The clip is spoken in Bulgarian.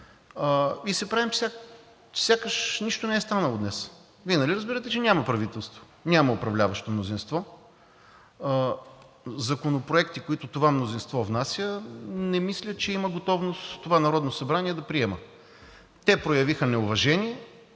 и се правим сякаш нищо не е станало днес. Вие нали разбирате, че няма правителство, няма управляващо мнозинство? Законопроекти, които това мнозинство внася, не мисля, че има готовност това Народно събрание да приема. Те проявиха неуважение